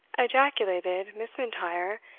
ejaculated miss m'intyre,